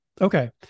Okay